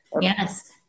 Yes